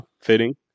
Fitting